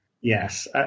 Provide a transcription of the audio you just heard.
Yes